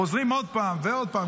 חוזרים עוד פעם ועוד פעם.